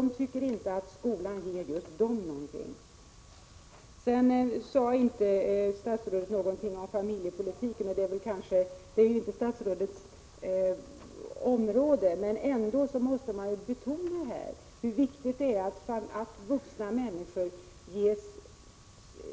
De tycker inte att skolan ger just dem någonting. Statsrådet sade inte någonting om familjepolitiken. Det är visserligen inte statsrådets område, men ändå måste man här betona hur viktigt det är att vuxna människor ges